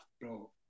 bro